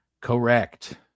Correct